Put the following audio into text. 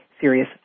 serious